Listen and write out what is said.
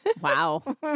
Wow